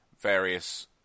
various